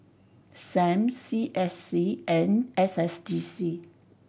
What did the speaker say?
S A M C S C and S S D C